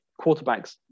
quarterbacks –